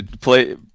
play